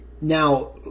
Now